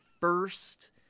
first